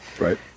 Right